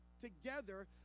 together